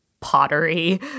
pottery